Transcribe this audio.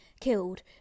killed